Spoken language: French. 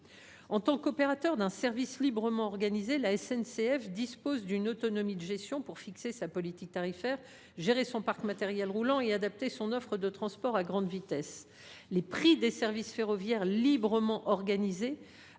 En tant qu’opérateur d’un service librement organisé, la SNCF dispose d’une autonomie de gestion pour fixer sa politique tarifaire, gérer son parc de matériel roulant et adapter son offre de transport à grande vitesse. Si les prix des services ferroviaires librement organisés